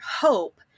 hope